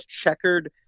checkered